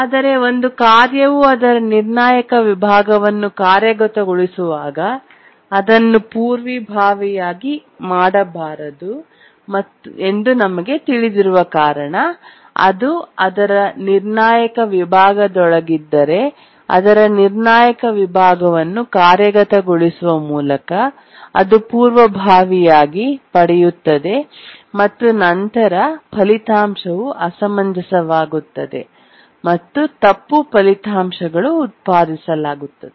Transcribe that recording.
ಆದರೆ ಒಂದು ಕಾರ್ಯವು ಅದರ ನಿರ್ಣಾಯಕ ವಿಭಾಗವನ್ನು ಕಾರ್ಯಗತಗೊಳಿಸುವಾಗ ಅದನ್ನು ಪೂರ್ವಭಾವಿಯಾಗಿ ಮಾಡಬಾರದು ಎಂದು ನಮಗೆ ತಿಳಿದಿರುವ ಕಾರಣ ಅದು ಅದರ ನಿರ್ಣಾಯಕ ವಿಭಾಗದೊಳಗಿದ್ದರೆ ಅದರ ನಿರ್ಣಾಯಕ ವಿಭಾಗವನ್ನು ಕಾರ್ಯಗತಗೊಳಿಸುವ ಮೂಲಕ ಅದು ಪೂರ್ವಭಾವಿಯಾಗಿ ಪಡೆಯುತ್ತದೆ ಮತ್ತು ನಂತರ ಫಲಿತಾಂಶವು ಅಸಮಂಜಸವಾಗುತ್ತದೆ ಮತ್ತು ತಪ್ಪು ಫಲಿತಾಂಶಗಳು ಉತ್ಪಾದಿಸಲಾಗಿದೆ